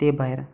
ते भायर